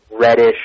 reddish